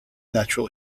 natural